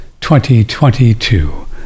2022